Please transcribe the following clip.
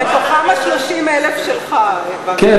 בתוכם ה-30,000 שלך, וקנין.